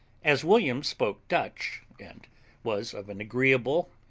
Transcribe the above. as william spoke dutch, and was of an agreeable,